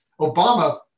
Obama